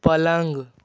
पलंग